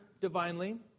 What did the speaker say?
divinely